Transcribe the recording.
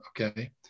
okay